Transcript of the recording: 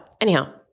anyhow